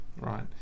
right